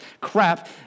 crap